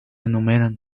enumeran